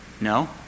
No